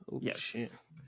Yes